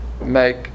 make